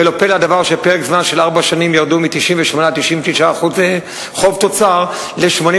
ולא פלא הדבר שבפרק זמן של ארבע שנים ירדו מ-89% 99% חוב תוצר ל-80%.